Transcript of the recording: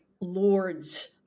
lords